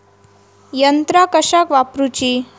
यंत्रा कशाक वापुरूची?